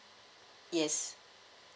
yes